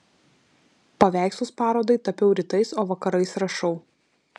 paveikslus parodai tapiau rytais o vakarais rašau